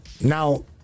now